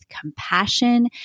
compassion